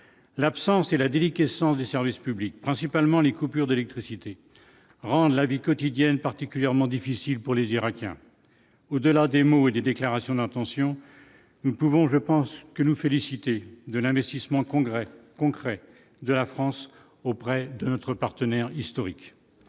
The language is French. l'absence et la déliquescence des services publics, principalement les coupures d'électricité, rendent la vie quotidienne, particulièrement difficile pour les Irakiens, au-delà des mots et des déclarations d'intention, nous pouvons, je pense que nous féliciter de l'investissement congrès concret de la France auprès de notre partenaire historique